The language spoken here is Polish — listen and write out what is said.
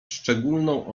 szczególną